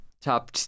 Top